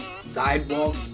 sidewalk